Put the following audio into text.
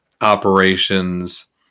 operations